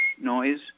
noise